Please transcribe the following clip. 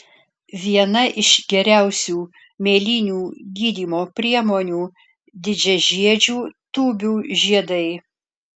viena iš geriausių mėlynių gydymo priemonių didžiažiedžių tūbių žiedai